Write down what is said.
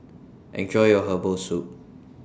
Enjoy your Herbal Soup